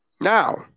Now